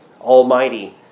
Almighty